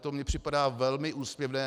To mi připadá velmi úsměvné.